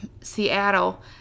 seattle